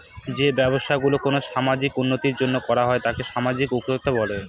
যে ব্যবসা গুলো কোনো সামাজিক উন্নতির জন্য করা হয় তাকে সামাজিক উদ্যক্তা বলে